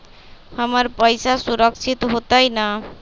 हमर पईसा सुरक्षित होतई न?